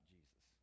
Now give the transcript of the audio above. Jesus